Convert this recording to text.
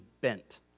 bent